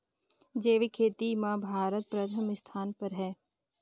जैविक खेती म भारत प्रथम स्थान पर हे